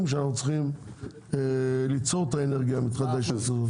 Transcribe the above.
שאנחנו צריכים כדי ליצור את האנרגיה המתחדשת הזו?